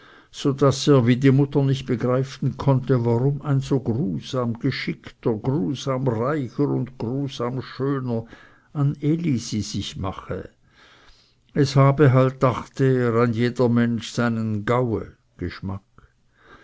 so daß er wie die mutter nicht begreifen konnte warum so ein grusam geschickter grusam reicher und grusam schöner an elisi sich mache es habe halt dachte er ein jeder mensch seinen gaue